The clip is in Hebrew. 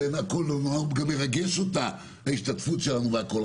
גם מרגש אותה ההשתתפות שלנו והכול.